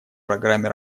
программе